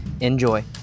Enjoy